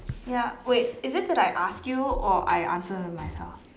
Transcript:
ya wait is it that I ask you or I answer myself